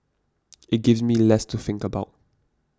it gives me less to think about